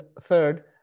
third